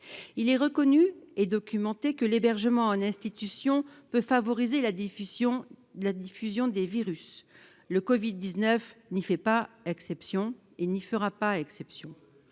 Il est reconnu et documenté que l'hébergement en institution peut favoriser la diffusion des virus. Le Covid-19 ne fait et ne fera pas exception.